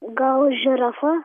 gal žirafa